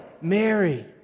Mary